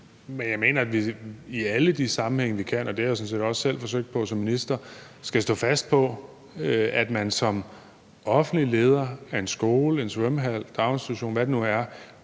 men jeg mener, at vi i alle de sammenhænge, vi kan, og det har jeg sådan set også selv forsøgt på som minister, skal stå fast på, at man som offentlig leder af en skole, en svømmehal, en daginstitution, eller hvad det nu er,